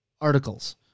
articles